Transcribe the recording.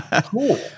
Cool